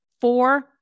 four